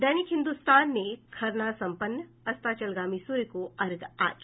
दैनिक हिन्दुस्तान ने लिखा है खरना सम्पन्न अस्ताचलगामी सूर्य को अर्घ्य आज